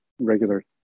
regular